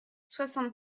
soixante